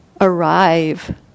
arrive